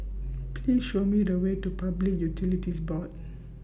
Please Show Me The Way to Public Utilities Board